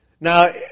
Now